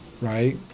right